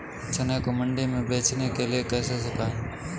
चने को मंडी में बेचने के लिए कैसे सुखाएँ?